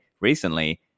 recently